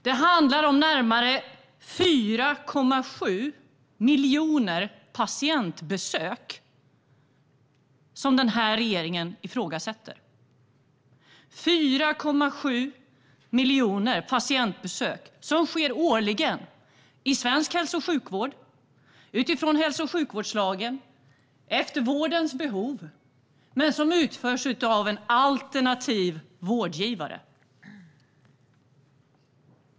Det handlar om regeringens ifrågasättande av de närmare 4,7 miljoner patientbesök som årligen sker i svensk hälso och sjukvård utifrån hälso och sjukvårdslagen och efter vårdbehov men som utförs av en alternativ vårdgivare.